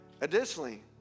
Additionally